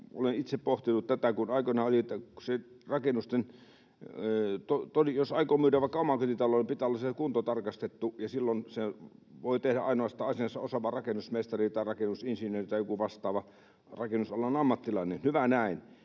olen itse pohtinut tätä, kun aikoinaan oli niin, että rakennuksen — jos aikoo myydä vaikka omakotitalon — pitää olla kuntotarkastettu, ja silloin sen voi tehdä ainoastaan asiansa osaava rakennusmestari tai rakennusinsinööri tai joku vastaava rakennusalan ammattilainen — hyvä näin.